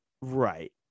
Right